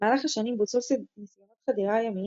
במהלך השנים בוצעו ניסיונות חדירה ימיים